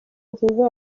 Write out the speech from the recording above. nziza